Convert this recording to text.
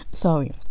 Sorry